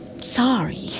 sorry